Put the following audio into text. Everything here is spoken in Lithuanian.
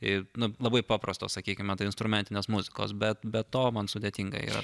ir nu labai paprasto sakykime tai instrumentinės muzikos bet be to man sudėtinga yra